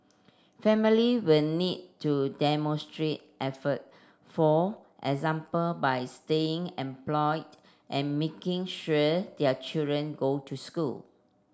family will need to demonstrate effort for example by staying employed and making sure their children go to school